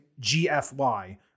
GFY